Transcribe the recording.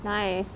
nice